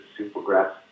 Supergrass